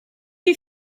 you